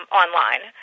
online